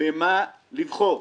במה לבחור,